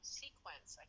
sequence